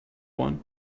one